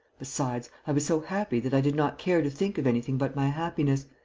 besides, i was so happy that i did not care to think of anything but my happiness,